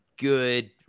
good